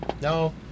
No